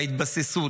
בהתבססות,